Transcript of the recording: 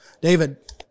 David